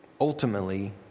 ultimately